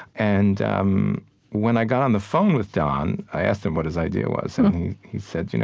and um when i got on the phone with don, i asked him what his idea was. and he said, you know